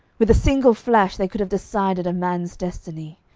with a single flash they could have decided a man's destiny.